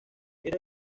era